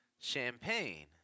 champagne